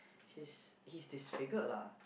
he's he's disfigured lah